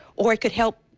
or it could help,